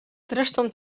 zresztą